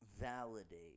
validate